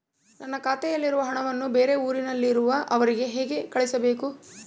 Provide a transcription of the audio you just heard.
ನನ್ನ ಖಾತೆಯಲ್ಲಿರುವ ಹಣವನ್ನು ಬೇರೆ ಊರಿನಲ್ಲಿರುವ ಅವರಿಗೆ ಹೇಗೆ ಕಳಿಸಬೇಕು?